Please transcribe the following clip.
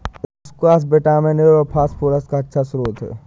squash vitamin A और phosphorus का अच्छा श्रोत है